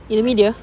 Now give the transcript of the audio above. in the media